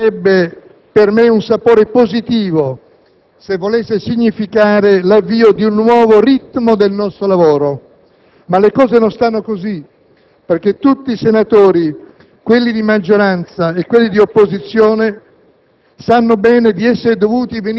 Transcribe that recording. E questa novità avrebbe per me un sapore positivo se volesse significare l'avvio di un nuovo ritmo del nostro lavoro. Ma le cose non stanno così, perché tutti i senatori, quelli di maggioranza e quelli di opposizione,